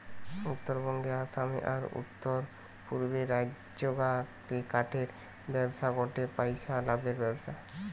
উত্তরবঙ্গে, আসামে, আর উততরপূর্বের রাজ্যগা রে কাঠের ব্যবসা গটে পইসা লাভের ব্যবসা